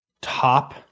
Top